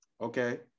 Okay